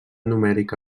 numèrica